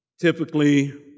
typically